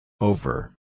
Over